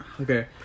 Okay